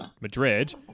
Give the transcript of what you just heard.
Madrid